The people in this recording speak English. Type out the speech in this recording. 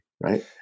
right